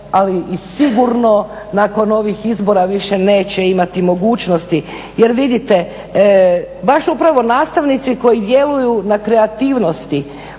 ali i sigurno nakon ovih izbora više neće imati mogućnosti. Jer vidite, baš upravo nastavnici koji djeluju na kreativnosti